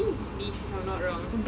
think it's beef if I'm not wrong